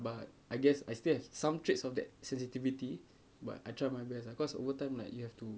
but I guess I still have some traits of that sensitivity but I try my best lah cause over time like you have to